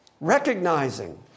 Recognizing